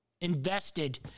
invested